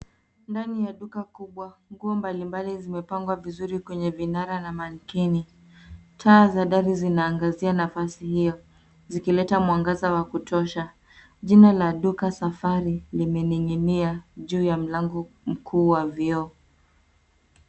Ndani ya duka kubwa, nguo mbalimbali zimepangwa vizuri kwenye vinara na mankini . Taa za dari zinaangazia nafasi hiyo, zikileta mwangaza wa kutosha. Jina la duka Safari limening'inia juu ya mlango mkuu wa vioo.